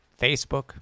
Facebook